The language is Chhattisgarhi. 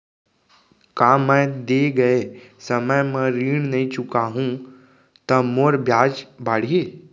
का मैं दे गए समय म ऋण नई चुकाहूँ त मोर ब्याज बाड़ही?